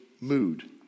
mood